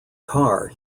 car